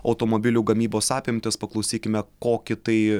automobilių gamybos apimtys paklausykime kokį tai